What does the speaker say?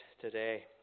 today